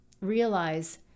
realize